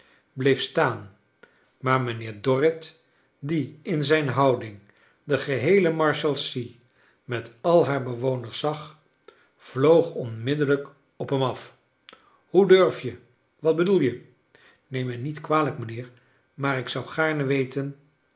bleef staan maar mijnheer dorrit die in zijn houding de geheele marshalsea met al haar bewoners zag vloog onmiddellijk op hem af hoe durf je wat bedoel je neem mij niet kwalijk mijnheer maar ik zou gaarne weten